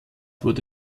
wurde